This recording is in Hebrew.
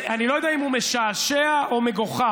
אני לא יודע אם הוא משעשע או מגוחך,